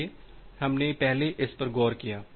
इसलिए हमने पहले इस पर गौर किया